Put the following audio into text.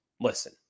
listen